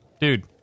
Dude